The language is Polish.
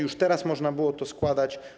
Już teraz można było je składać.